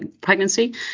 pregnancy